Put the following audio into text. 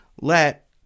let